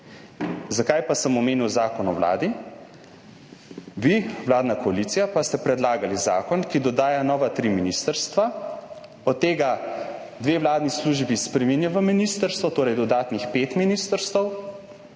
Zakaj pa sem omenil zakon o Vladi? Vi, vladna koalicija pa ste predlagali zakon, ki dodaja nova tri ministrstva, od tega dve vladni službi spreminja v ministrstvo, torej dodatnih pet ministrstev,